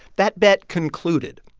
that bet concluded.